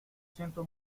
siento